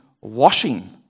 washing